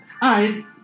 Hi